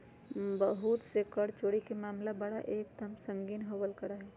बहुत से कर चोरी के मामला बड़ा एक दम संगीन होवल करा हई